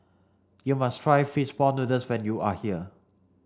you must try fish ball noodles when you are here